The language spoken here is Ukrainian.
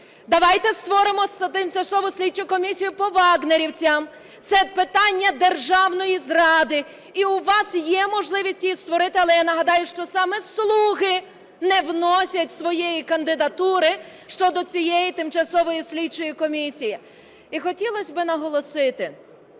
Давайте створимо тимчасову слідчу комісію по "вагнерівцям", це питання державної зради. І у вас є можливість її створити, але я нагадаю, що саме "Слуги" не вносять своєї кандидатури щодо цієї тимчасової слідчої комісії. І хотілося б наголосити,